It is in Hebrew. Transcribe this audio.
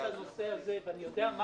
תודה.